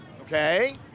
Okay